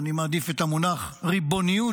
ואני מעדיף את המונח ריבוניות,